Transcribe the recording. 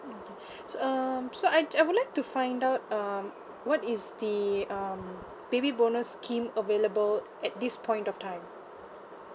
so um so I I would like to find out um what is the um baby bonus scheme available at this point of time